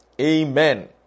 Amen